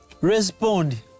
Respond